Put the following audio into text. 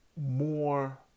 more